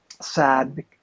sad